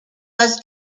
was